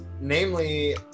namely